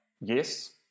yes